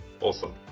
Awesome